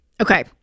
okay